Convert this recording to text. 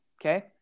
okay